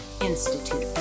Institute